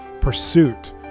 pursuit